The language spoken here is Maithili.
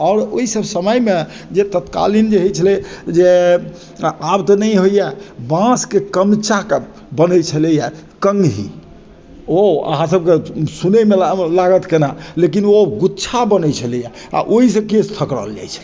आओर ओइ सब समयमे जे तत्कालीन जे होइ छलै जे आब तऽ नहि होइए बाँसके कमचाके बनय छलैए कङ्घी ओ अहाँ सबके सुनयमे लागत केना लेकिन ओ गुच्छा बनय छलैए आओर ओइसँ केश थकड़ल जाइ छलै